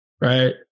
right